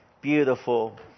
beautiful